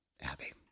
Abby